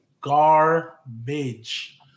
garbage